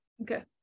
Okay